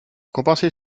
compenser